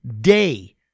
day